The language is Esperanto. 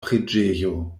preĝejo